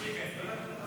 נתקבלו.